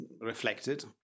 reflected